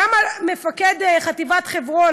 גם מפקד חטיבת חברון,